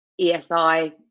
ESI